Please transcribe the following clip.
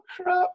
crap